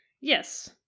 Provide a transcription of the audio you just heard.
yes